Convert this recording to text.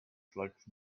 slugs